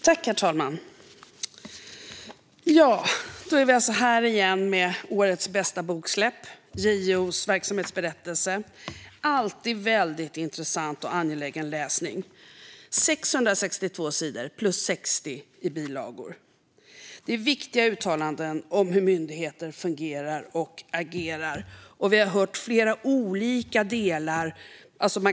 Herr talman! Då är vi alltså här igen med årets bästa boksläpp: JO:s ämbetsberättelse, som alltid är väldigt intressant och angelägen läsning. Det är 662 sidor, plus 60 sidor i bilagor, med viktiga uttalanden om hur myndigheter fungerar och agerar. Vi har nu hört om flera olika delar.